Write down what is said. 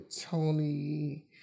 Tony